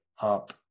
up